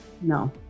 No